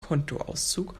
kontoauszug